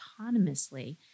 autonomously